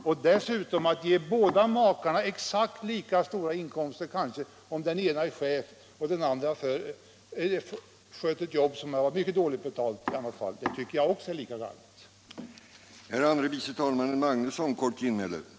Och att ge båda makarna samma inkomst om den ena är chef för företaget och den andra sköter ett jobb som ute på marknaden är mycket dåligt betalt, tycker jag är lika felaktigt.